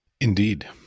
Indeed